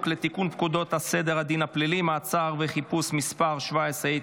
לתיקון פקודת סדר הדין הפלילי (מעצר וחיפוש) (מס' 17),